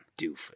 doofus